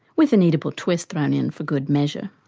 with an oedipal twist thrown in for good measure.